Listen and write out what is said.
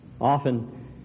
often